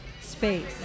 space